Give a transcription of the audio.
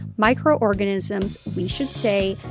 microorganisms, we should say,